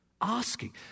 Asking